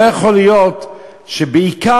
לא יכול להיות שבעיקר,